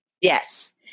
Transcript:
yes